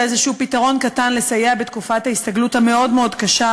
זה איזשהו פתרון קטן לסייע בתקופת ההסתגלות המאוד-מאוד קשה,